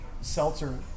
seltzer